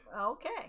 okay